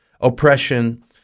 oppression